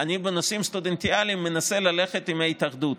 בנושאים סטודנטיאליים אני מנסה ללכת עם ההתאחדות.